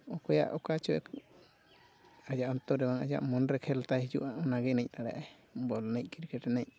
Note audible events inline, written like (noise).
ᱚᱠᱚᱭᱟᱜ ᱚᱠᱟ ᱪᱚᱭ ᱟᱭᱟᱜ ᱚᱱᱛᱚᱨ ᱨᱮ ᱟᱭᱟᱜ ᱢᱚᱱᱨᱮ ᱠᱷᱮᱞ ᱛᱟᱭ ᱦᱤᱡᱩᱜᱼᱟ ᱚᱱᱟᱜᱮ (unintelligible) ᱵᱚᱞ ᱮᱱᱮᱡ ᱠᱨᱤᱠᱮᱴ ᱮᱱᱮᱡ